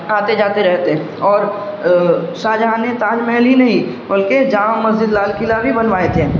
آتے جاتے رہتے اور شاہ جہاں نے تاج محل ہی نہیں بلکہ جامع مسجد لال قلعہ بھی بنوائے تھے